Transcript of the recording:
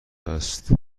است